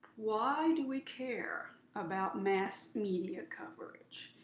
why do we care about mass media coverage?